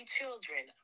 children